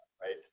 right